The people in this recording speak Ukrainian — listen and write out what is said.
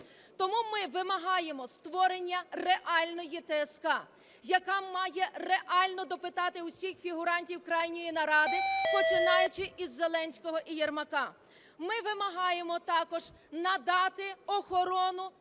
Тому ми вимагаємо створення реальної ТСК, яка має реально допитати всіх фігурантів крайньої наради, починаючи із Зеленського і Єрмака. Ми вимагаємо також надати охорону